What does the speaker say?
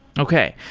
okay.